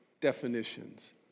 definitions